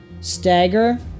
stagger